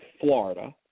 Florida